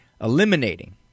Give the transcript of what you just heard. eliminating